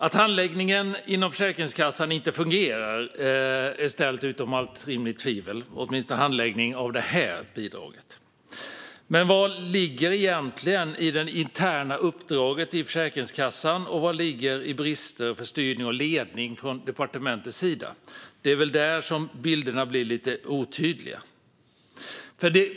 Att handläggningen inom Försäkringskassan inte fungerar är ställt utom allt rimligt tvivel, åtminstone när det gäller handläggningen av detta bidrag. Men vad ligger egentligen i det interna uppdraget i Försäkringskassan, och vad ligger i brister i styrning och ledning från departementet? Här blir bilderna lite otydliga.